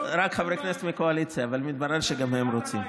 חברי כנסת מהקואליציה, אבל מתברר שגם הם רוצים.